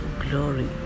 glory